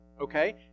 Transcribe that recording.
Okay